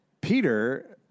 Peter